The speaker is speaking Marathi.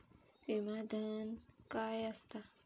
विमा धन काय असता?